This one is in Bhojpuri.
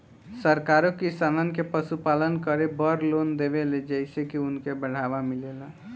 सरकारो किसानन के पशुपालन करे बड़ लोन देवेले जेइसे की उनके बढ़ावा मिलेला